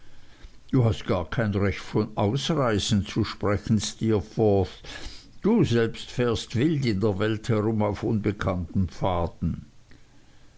du hast gar kein recht von ausreißen zu sprechen steerforth du selbst fährst wild in der welt herum auf unbekannten